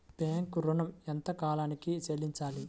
Bank ఋణం ఎంత కాలానికి చెల్లింపాలి?